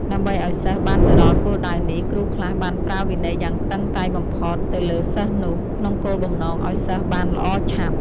ដើម្បីឲ្យសិស្សបានទៅដល់គោលដៅនេះ គ្រូខ្លះបានប្រើវិន័យយ៉ាងតឹងតែងបំផុត ទៅលើសិស្សនោះ ក្នុងគោលបំណងឲ្យសិស្សបានល្អឆាប់ ។